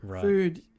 food